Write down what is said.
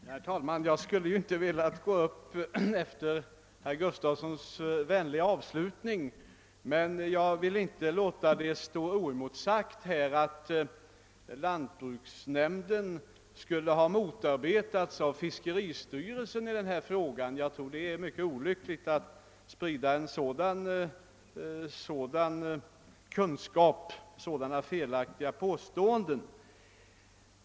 Herr talman! Jag skulle icke velat gå upp efter herr Gustafssons i Uddevalla vänliga avslutning, men jag vill icke låta det här stå oemotsagt att lantbruksnämnden skulle ha motarbetats av fiskeristyrelsen i denna fråga. Jag tror att det är mycket olyckligt att sprida sådana felaktiga påståenden.